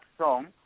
song